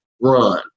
run